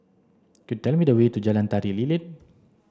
could you tell me the way to Jalan Tari Lilin